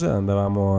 andavamo